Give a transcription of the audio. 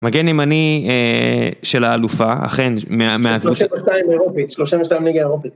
נגיד אם אני של האלופה, אכן, מהקבוצה... 32 אירופית, 32 ליגה אירופית.